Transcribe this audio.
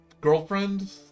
girlfriend